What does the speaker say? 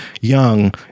young